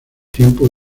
tiempo